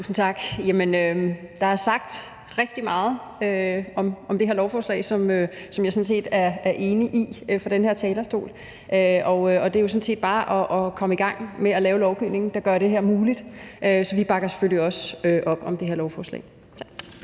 meget på den her talerstol om det her lovforslag, som jeg sådan set er enig i, og det er jo sådan set bare med at komme i gang med at lave den lovgivning, der gør det her muligt. Så vi bakker selvfølgelig også op om det her lovforslag.